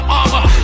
armor